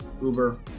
Uber